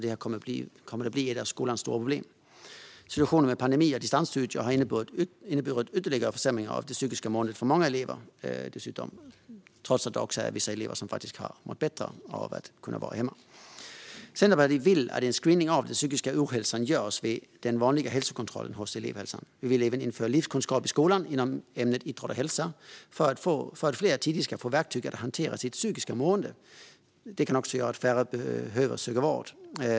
Det har kommit att bli ett av skolans stora problem. Dessutom har pandemin och distansstudier för många elever inneburit ytterligare försämringar av det psykiska måendet, även om vissa elever faktiskt har mått bättre av att kunna vara hemma. Centerpartiet vill att en screening av den psykiska ohälsan ska göras vid den vanliga hälsokontrollen hos elevhälsan. Vi vill även införa livskunskap i skolan inom ämnet idrott och hälsa, för att fler tidigt ska få verktyg att hantera sitt psykiska mående. Det kan också leda till att färre behöver söka vård.